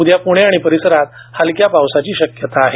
उद्या प्णे आणि परिसरात हलक्या पावसाची शक्यता आहे